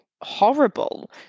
horrible